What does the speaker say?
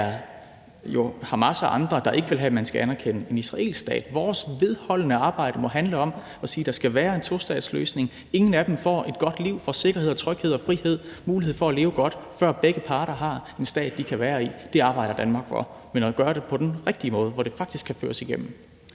der er Hamas og andre, der ikke vil have, at man skal anerkende en israelsk stat. Vores vedholdende arbejde må handle om at sige, at der skal være en tostatsløsning. Ingen af dem får et godt liv, sikkerhed, tryghed, frihed og mulighed for at leve godt, før begge parter har en stat, de kan være i. Det arbejder Danmark for, men at gøre det på den rigtige måde, så det faktisk kan gennemføres.